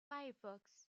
firefox